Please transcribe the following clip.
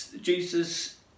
Jesus